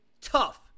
tough